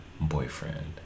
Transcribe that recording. boyfriend